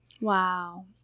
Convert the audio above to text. wow